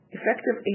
Effective